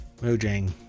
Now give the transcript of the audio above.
Mojang